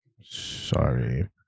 Sorry